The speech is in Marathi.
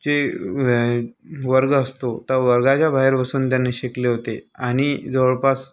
जे वर्ग असतो तर वर्गाच्या बाहेर बसून त्यांनी शिकले होते आणि जवळपास